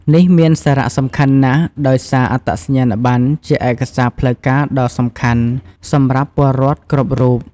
នេះមានសារៈសំខាន់ណាស់ ដោយសារអត្តសញ្ញាណប័ណ្ណជាឯកសារផ្លូវការដ៏សំខាន់សម្រាប់ពលរដ្ឋគ្រប់រូប។